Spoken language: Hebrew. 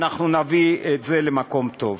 ואנחנו נביא את זה למקום טוב.